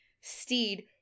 Steed